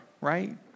right